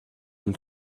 mit